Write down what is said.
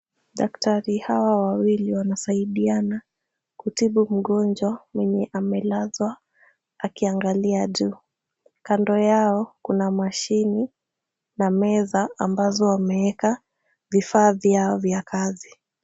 Daktari hawa wawili wanasaidiana kutibu mgonjwa mwenye amelazwa akiangalia juu. Kando yao, kuna mashini na meza ambazo wameweka vifaa vyao vya kazi.